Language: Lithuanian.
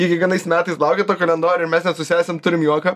ji kiekvienais metais laukia to kalendorio mes net su sesem turim juoką